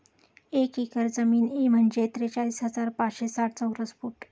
एक एकर जमीन म्हणजे त्रेचाळीस हजार पाचशे साठ चौरस फूट